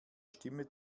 stimme